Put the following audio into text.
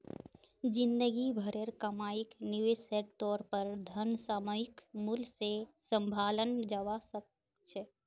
जिंदगी भरेर कमाईक निवेशेर तौर पर धन सामयिक मूल्य से सम्भालाल जवा सक छे